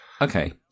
Okay